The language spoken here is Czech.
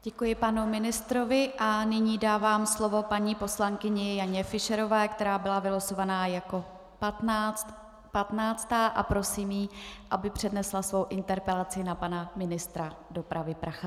Děkuji panu ministrovi a nyní dávám slovo paní poslankyni Janě Fischerové, která byla vylosována jako patnáctá, a prosím ji, aby přednesla svou interpelaci na pana ministra dopravy Prachaře.